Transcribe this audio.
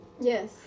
Yes